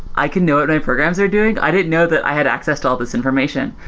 i can know what my programs are doing. i didn't know that i had access to all these information,